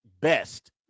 best